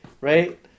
right